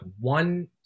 one